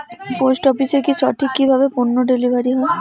Post অফিসে কি সঠিক কিভাবে পন্য ডেলিভারি হয়?